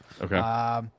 Okay